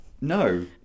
No